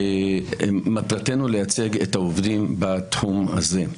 ומטרתנו לייצג את העובדים בתחום הזה.